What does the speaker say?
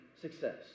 success